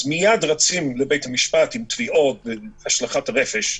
אז מיד רצים לבית המשפט עם תביעות והשלכת רפש.